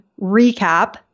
recap